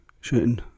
shooting